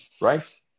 right